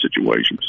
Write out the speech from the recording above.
situations